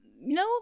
no